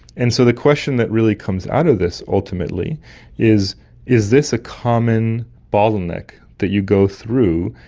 and so the question that really comes out of this ultimately is is this a common bottleneck that you go through,